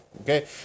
Okay